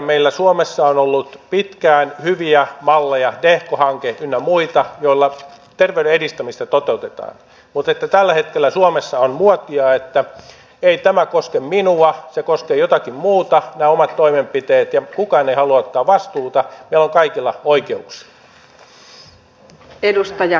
meillä suomessa on ollut pitkään hyviä malleja tehko hanke ynnä muita joilla terveyden edistämisestä toteutetaan mutta tällä hetkellä suomessa on muotia että ei tämä koske minua se koskee jotakin muuta nämä omat toimenpiteet ja kukaan ei halua ottaa vastuuta meillä on kaikilla oikeuksia